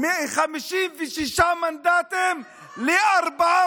כוחות צה"ל מחבלים